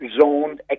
zoned